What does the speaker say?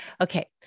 Okay